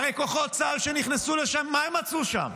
הרי כוחות צה"ל שנכנסו לשם, מה הם מצאו שם?